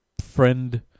friend